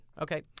Okay